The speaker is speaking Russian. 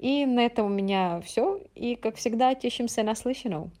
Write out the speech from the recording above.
И на этом у меня всё. И, как всегда, тешимся на слышанном.